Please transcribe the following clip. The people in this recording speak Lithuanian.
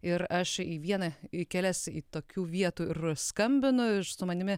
ir aš į vieną į kelias į tokių vietų ir skambinu su manimi